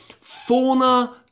fauna